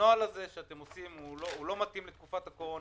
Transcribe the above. הנוהל שאתם עושים לא מתאים לתקופת הקורונה,